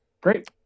Great